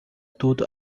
tudo